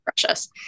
precious